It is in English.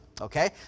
okay